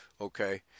Okay